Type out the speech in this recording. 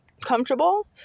comfortable